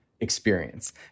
experience